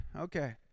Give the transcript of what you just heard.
Okay